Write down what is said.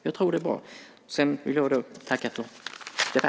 Jag tror att det är bra.